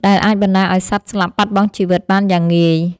ដែលអាចបណ្ដាលឱ្យសត្វស្លាប់បាត់បង់ជីវិតបានយ៉ាងងាយ។